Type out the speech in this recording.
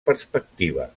perspectiva